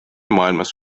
maailmas